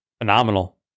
Phenomenal